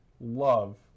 love